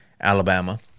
Alabama